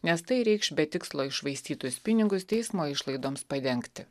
nes tai reikš be tikslo iššvaistytus pinigus teismo išlaidoms padengti